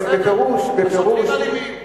בפירוש, השוטרים אלימים.